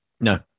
No